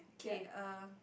K err